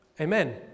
Amen